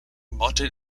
mutton